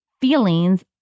Feelings